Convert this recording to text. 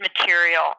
material